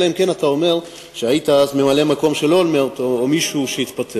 אלא אם כן אתה אומר שהיית אז ממלא-מקום של אולמרט או מישהו שהתפטר.